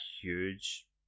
huge